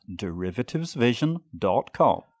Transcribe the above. derivativesvision.com